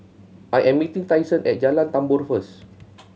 I am meeting Tyson at Jalan Tambur first